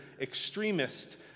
extremist